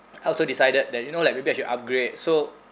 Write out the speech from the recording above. I also decided that you know like maybe I should upgrade so